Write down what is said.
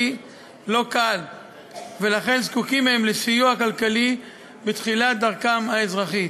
לא קל ולכן זקוקים הם לסיוע כלכלי בתחילת דרכם האזרחית.